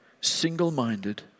single-minded